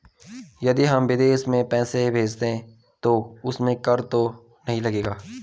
यदि हम विदेश में पैसे भेजेंगे तो उसमें कर तो नहीं लगेगा?